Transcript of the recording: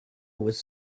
was